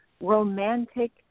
romantic